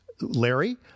larry